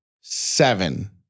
Seven